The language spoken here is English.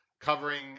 covering